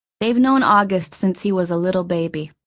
they've known august since he was a little baby.